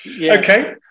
Okay